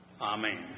Amen